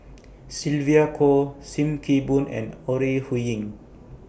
Sylvia Kho SIM Kee Boon and Ore Huiying